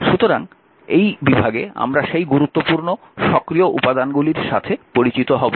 সুতরাং এই বিভাগে আমরা সেই গুরুত্বপূর্ণ সক্রিয় উপাদানগুলির সাথে পরিচিত হব